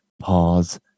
pause